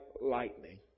lightning